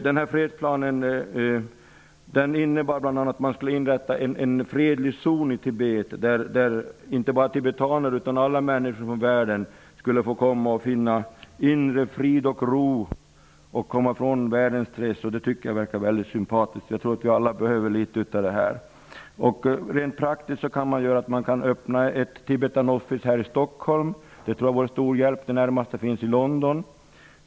Den innebar bl.a. att man skulle inrätta en fredlig zon i Tibet dit inte bara tibetaner utan alla människor i världen skulle få komma och finna inre frid och ro och komma ifrån världens stress. Det tycker jag verkar mycket sympatiskt. Jag tror att vi alla skulle behöva litet av det. Rent praktiskt kan man öppna ett Tibetan Office här i Stockholm. Jag tror att det vore till stor hjälp. Det närmaste finns i London.